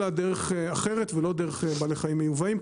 אלא הדרך אחרת ולא דרך בעלי חיים מיובאים,